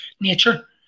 nature